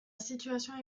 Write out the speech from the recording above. situation